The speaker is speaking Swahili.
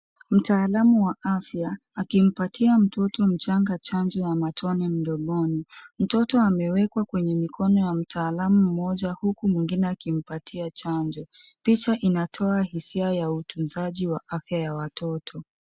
Mtaalamu wa afya akimpatia mtoto mchanga chanjo ya matwani mdomoni. Mtoto amewekwa kwenye mikono ya mtaalamu ama mmoja huku mwengine akimpatia chanjo. Picha inatoka hisia ya utunzaji wa afya ya watoto.